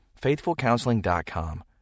FaithfulCounseling.com